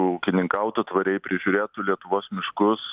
ūkininkautų tvariai prižiūrėtų lietuvos miškus